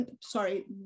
sorry